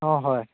অঁ হয়